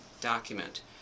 document